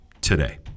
today